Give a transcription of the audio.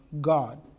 God